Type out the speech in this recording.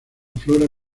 flora